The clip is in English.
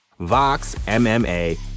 VOXMMA